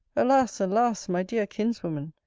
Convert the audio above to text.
alas! alas! my dear kinswoman,